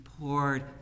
poured